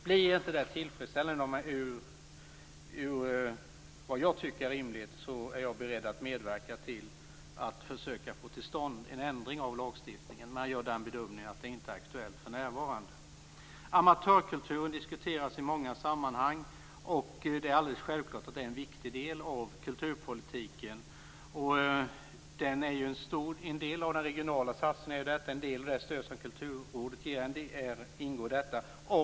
Blir det inte tillfredsställande med tanke på vad jag tycker är rimligt, är jag beredd att medverka till att försöka få till stånd en ändring av lagstiftningen. Men jag gör den bedömningen att det inte är aktuellt för närvarande. Amatörkulturen diskuteras i många sammanhang. Det är alldeles självklart att det är en viktig del av kulturpolitiken. Den är en del av den regionala satsningen. En del stöds av Kulturrådet. Där ingår detta.